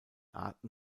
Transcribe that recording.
arten